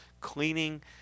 cleaning